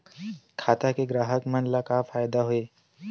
खाता से ग्राहक मन ला का फ़ायदा हे?